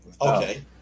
Okay